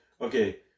okay